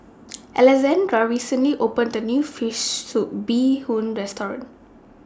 Alessandra recently opened A New Fish Soup Bee Hoon Restaurant